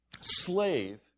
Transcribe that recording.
slave